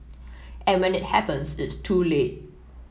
and when it happens it's too late